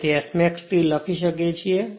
તેથી Smax T લખીએ છીએ